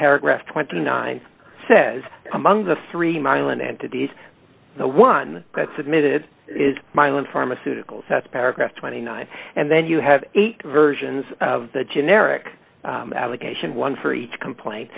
paragraph twenty nine says among the three mile an end to these the one that submitted is mylan pharmaceuticals that's paragraph twenty nine and then you have eight versions of the generic allegation one for each complain